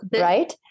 right